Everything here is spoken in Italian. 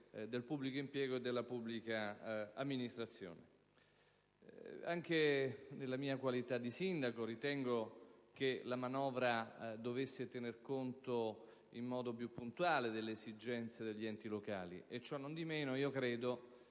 del pubblico impiego e della pubblica amministrazione. Anche nella mia qualità di sindaco, io ritengo che la manovra dovesse tener conto in modo più puntuale delle esigenze degli enti locali. Ciò nondimeno, i